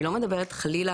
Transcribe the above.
אני לא מדברת, חלילה,